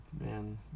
Man